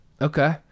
Okay